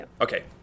Okay